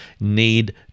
need